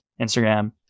Instagram